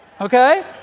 Okay